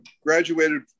graduated